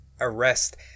arrest